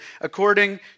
according